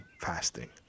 fasting